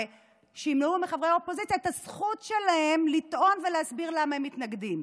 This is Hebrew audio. שימנעו מחברי האופוזיציה את הזכות שלהם לטעון ולהסביר למה הם מתנגדים.